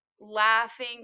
laughing